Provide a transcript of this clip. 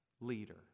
leader